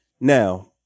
Now